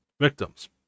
victims